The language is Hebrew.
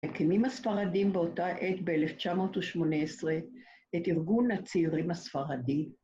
מקימים הספרדים באותה עת, ב-1918, את ארגון הצעירים הספרדי.